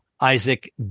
isaac